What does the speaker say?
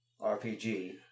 RPG